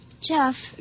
Jeff